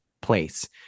place